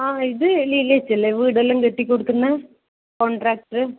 ആ ഇത് ലീലേച്ചിയല്ലേ വീടെല്ലാം കെട്ടി കൊടുക്കുന്ന കോൺട്രാക്ടറ്